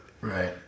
Right